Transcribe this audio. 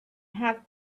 have